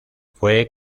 fue